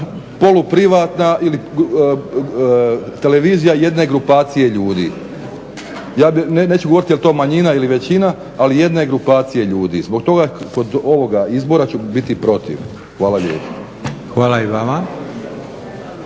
polu-privatna ili televizija jedne grupacije ljudi. Ja neću govoriti jel to manjina ili većina ali jedne grupacije ljudi. Zbog toga kod ovoga izbora ću biti protiv. Hvala lijepa.